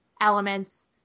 elements